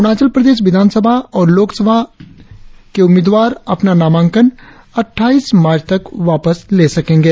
अरुणाचल प्रदेश विधान सभा और लोक सभा उम्मीदवार अपना नामांकन अट्ठाईस मार्च तक वापस ले सकेंगे